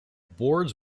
boards